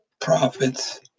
prophets